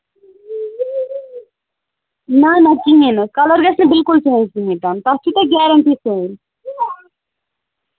نہَ نہَ کِہیٖنٛۍ نہٕ کَلر گژھِ نہٕ بِلکُل چینچ کِہیٖںٛی تام تَتھ چھُ تۄہہِ گیرَنٹی سٲنۍ